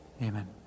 Amen